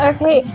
Okay